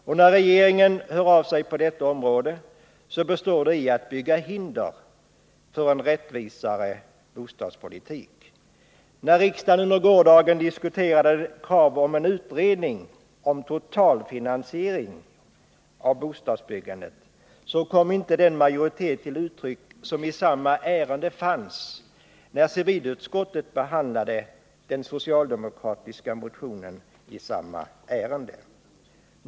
Och när regeringen hör av sig på detta område så består det i att man söker åstadkomma hinder för en rättvisare bostadspolitik. När riksdagen under gårdagen diskuterade kravet på en utredning om totalfinansiering av bostadsbyggandet kom inte den majoritet till uttryck som fanns i samma ärende när civilutskottet behandlade den socialdemokratiska motionen.